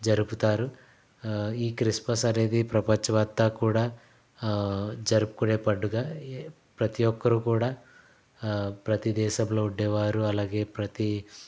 జరుపుతారు ఈ క్రిస్మస్ అనేది ప్రపంచమంతా కూడా జరుపుకునే పండుగ ఈ ప్రతి ఒక్కరు కూడా ప్రతి దేశంలో ఉండేవారు అలాగే ప్రతి